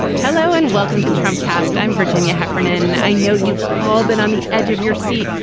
hello and welcome to trump cast. i'm virginia heffernan. i know you've all been on the edge of your seat,